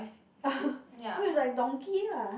so it's like donkey lah